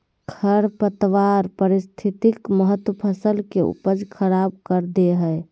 खरपतवार पारिस्थितिक महत्व फसल के उपज खराब कर दे हइ